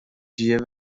جیه